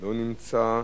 אינו נמצא.